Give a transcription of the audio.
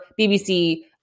BBC